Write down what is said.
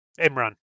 Imran